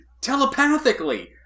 telepathically